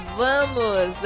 vamos